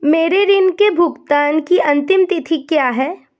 मेरे ऋण के भुगतान की अंतिम तिथि क्या है?